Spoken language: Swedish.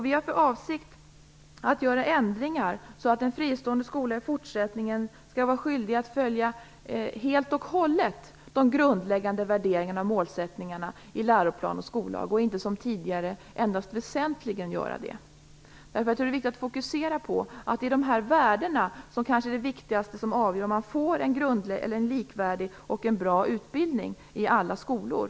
Vi har för avsikt att göra ändringar så att en fristående skola i fortsättningen helt och hållet skall vara skyldig att följa de grundläggande värderingarna och målsättningarna i läroplan och skollag, och inte som tidigare endast väsentligen göra det. Jag tror att det är viktigt att fokusera på att det är dessa värden som avgör om eleverna får en likvärdig och bra utbildning i alla skolor.